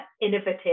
innovative